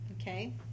Okay